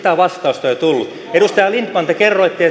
sitä vastausta ei tullut edustaja lindtman te kerroitte